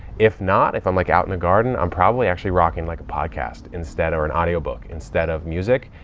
if not, if i'm like out in the garden, i'm probably actually rocking like a podcast instead or an audio book instead of music.